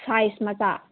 size ꯃꯆꯥ